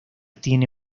tiene